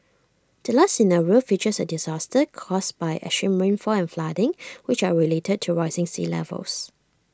the last scenario features A disaster caused by extreme rainfall and flooding which are related to rising sea levels